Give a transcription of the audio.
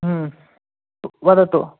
वदतु